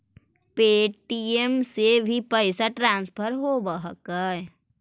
Paytm से भी पैसा ट्रांसफर होवहकै?